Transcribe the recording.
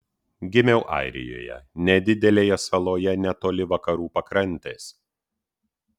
gimiau airijoje nedidelėje saloje netoli vakarų pakrantės